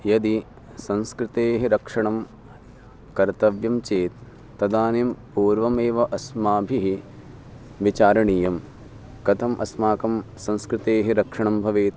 यदि संस्कृतेः रक्षणं कर्तव्यं चेत् तदानीं पूर्वमेव अस्माभिः विचारणीयं कथम् अस्माकं संस्कृतेः रक्षणं भवेत्